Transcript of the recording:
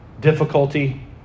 Difficulty